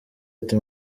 ati